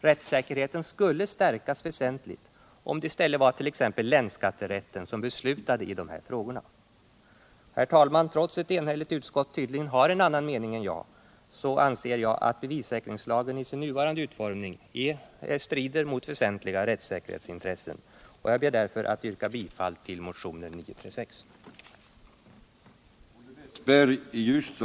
Rättssäkerheten skulle stärkas väsentligt, om det i stället var t.ex. länsskatterätten som beslöt i dessa frågor. Herr talman! Trots att ett enigt utskott tydligen har en annan mening än jag, anser jag att bevissäkringslagen i sin nuvarande utformning strider mot väsentliga rättssäkerhetsintressen. Jag yrkar därför bifall till motionen 1976/77:936.